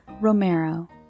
Romero